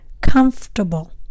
Comfortable